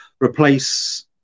replace